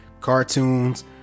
cartoons